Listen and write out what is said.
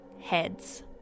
heads